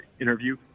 interview